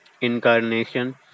Incarnation